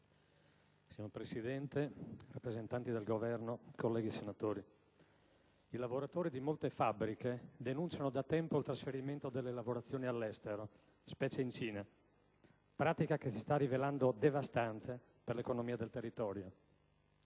Signora Presidente, rappresentanti del Governo, colleghi senatori, i lavoratori di molte fabbriche denunciano da tempo il trasferimento delle lavorazioni all'estero, specie in Cina, pratica che si sta rivelando devastante per l'economia del territorio.